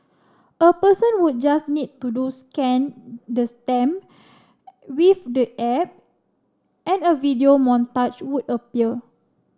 a person would just need to do scan the stamp with the app and a video montage would appear